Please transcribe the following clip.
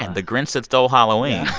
and the grinch that stole halloween.